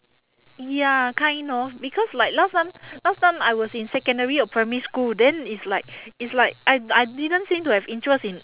ya kind of because like last time last time I was in secondary or primary school then it's like it's like I I didn't seem to have interest in